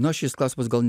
nu šis klausimas gal